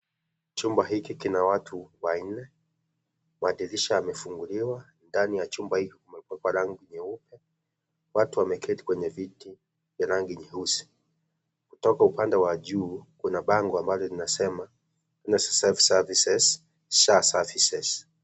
Chumba hiki kina watu wanne, madirisha yamefunguliwa, ndani ya chumba hiki kumepakwa rangi nyeupe, watu wameketi kwenye viti vya rangi nyeusi, kutoka upande wa juu kuna bango ambalo linasema NSSF SERVICES, SHA SERVICES .